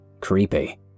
Creepy